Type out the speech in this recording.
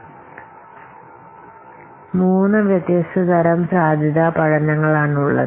അപ്പോൾ മൂന്ന് വ്യത്യസ്ത തരം സാധ്യത പഠനങ്ങൾ ആണ് ഉള്ളത്